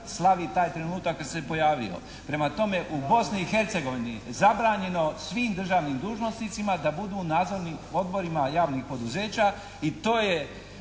slavi taj trenutak jer se pojavio. Prema tome u Bosni i Hercegovini zabranjeno svim državnim dužnosnicima da budu u nadzornim odborima javnih poduzeća i to je